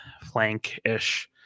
flank-ish